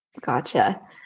Gotcha